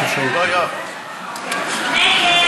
יש אפשרות כזאת.